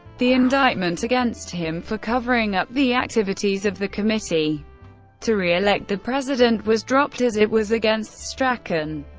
the indictment against him for covering up the activities of the committee to re-elect the president was dropped, as it was against strachan.